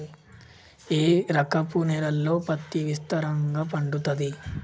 ఏ రకపు నేలల్లో పత్తి విస్తారంగా పండుతది?